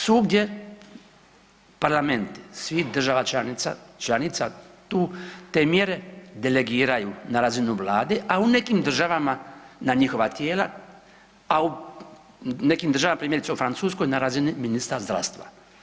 Svugdje parlamenti svih država članica te mjere delegiraju na razinu Vlade, a u nekim država na njihova tijela, a u nekim državama, primjerice u Francuskoj na razini ministra zdravstva.